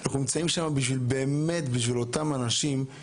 אנחנו נמצאים שם באמת בשביל אותם ילדים,